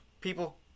people